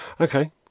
Okay